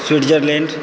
Switzerland